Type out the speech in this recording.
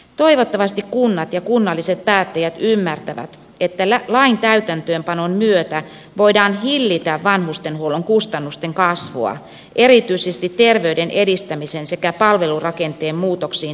toivottavasti kunnat ja kunnalliset päättäjät ymmärtävät että lain täytäntöönpanon myötä voidaan hillitä vanhustenhuollon kustannusten kasvua erityisesti terveyden edistämiseen sekä palvelurakenteen muutoksiin tähtäävillä toimilla